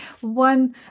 one